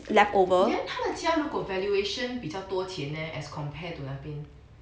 then 他的家如果 valuation 比较多钱 leh as compared to 那边